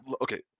okay